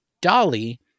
Dolly